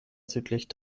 südlich